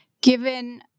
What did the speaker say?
given